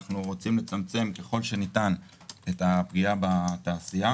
אנחנו רוצים לצמצם ככל הניתן את הפגיעה בתעשייה.